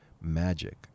magic